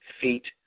feet